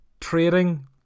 trading